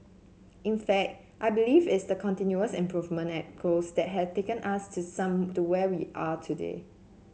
in fact I believe it's the continuous improvement ethos that has taken us to some to where we are today